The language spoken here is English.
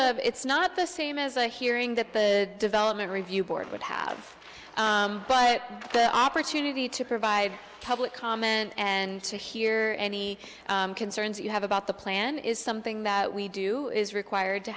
of it's not the same as a hearing that the development review board would have but the opportunity to provide public comment and to hear any concerns you have about the plan is something that we do is required to